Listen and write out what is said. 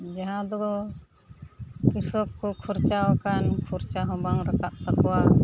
ᱡᱟᱦᱟᱸᱫᱚ ᱠᱨᱤᱥᱚᱠ ᱠᱚ ᱠᱷᱚᱨᱪᱟᱣ ᱟᱠᱟᱱ ᱠᱷᱚᱨᱪᱟ ᱦᱚᱸ ᱵᱟᱝ ᱨᱟᱠᱟᱵ ᱛᱟᱠᱚᱣᱟ